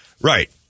Right